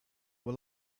were